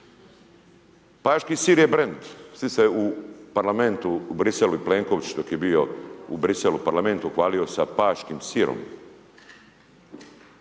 Paški sir je brand. S tim se u Parlamentu u Briselu i Plenković dok je bio u Briselu u parlamentu hvalio sa Paškim sirom.